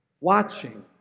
watching